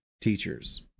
teachers